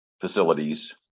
facilities